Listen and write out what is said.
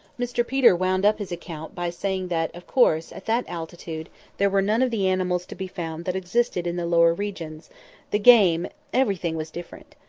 mr peter wound up his account by saying that, of course, at that altitude there were none of the animals to be found that existed in the lower regions the game everything was different.